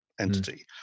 entity